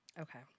Okay